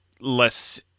less